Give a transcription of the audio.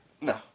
No